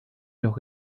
los